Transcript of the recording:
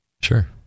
sure